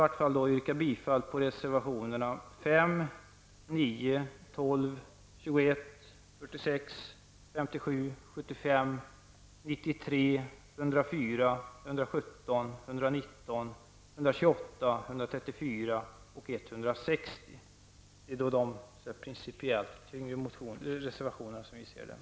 Jag vill yrka bifall till reservationerna 5, 9, 12, 21, 46, 57, 75, 93, 104, 117, 119, 128, 134 och 160. Det är de enligt vår mening principiellt tyngre reservationerna.